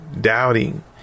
doubting